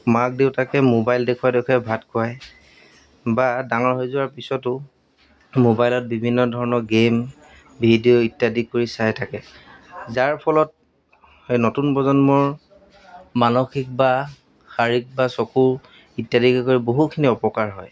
মাক দেউতাকে মোবাইল দেখুৱাই দেখুৱাই ভাত খুৱায় বা ডাঙৰ হৈ যোৱাৰ পিছতো মোবাইলত বিভিন্ন ধৰণৰ গেম ভিডিঅ' ইত্যাদি কৰি চাই থাকে যাৰ ফলত সেই নতুন প্ৰজন্মৰ মানসিক বা শাৰীৰিক বা চকুৰ ইত্যাদিকে কৰি বহুখিনি অপকাৰ হয়